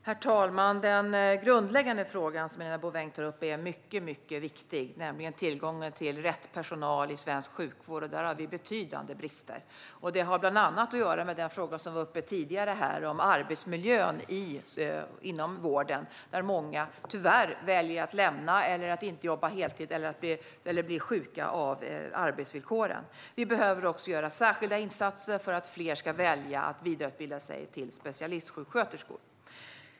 Herr talman! Den grundläggande frågan som Helena Bouveng tar upp, nämligen tillgången på rätt personal i svensk sjukvård, är mycket viktig. Där har vi betydande brister. Det har bland annat att göra med frågan om arbetsmiljön inom vården som togs upp här tidigare. Många väljer tyvärr att lämna yrket eller inte jobba heltid, eller också blir de sjuka av arbetsvillkoren. Vi behöver också göra särskilda insatser för att fler ska välja att vidareutbilda sig till specialistsjuksköterskor.